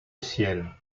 ciel